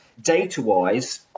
data-wise